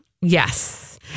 Yes